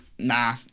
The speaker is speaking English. Nah